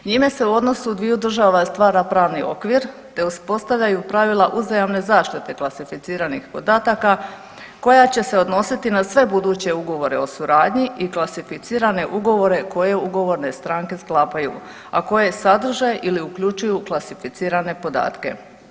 Njime se u odnosu dviju država stvara pravni okvir, te uspostavljaju pravila uzajamne zaštite klasificiranih podataka koja će se odnositi na sve buduće ugovore o suradnji i klasificirane ugovore koje ugovorne stranke sklapaju, a koje sadrže ili uključuju klasificirane podatke.